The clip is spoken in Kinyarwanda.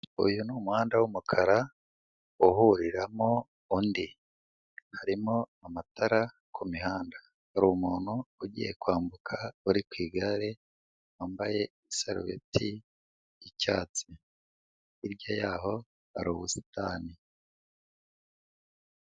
Uyu ni umuhanda w'umukara uhuriramo undi, harimo amatara ku mihanda, hari umuntu ugiye kwambuka uri ku igare wambaye isarubeti y'icyatsi, hirya y'aho hari ubusitani.